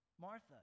Martha